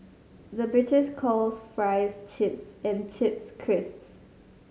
the British calls fries chips and chips crisps